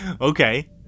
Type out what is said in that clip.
Okay